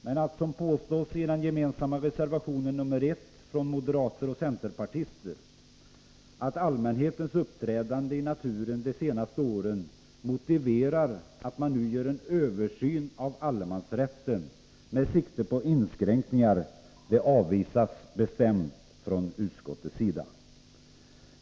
Men att, som påstås i den för moderater och centerpartister gemensamma reservationen nr 1, allmänhetens uppträdande i naturen de senaste åren motiverar att man nu gör en översyn av allemansrätten med sikte på inskränkningar avvisas bestämt från utskottets sida.